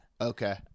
Okay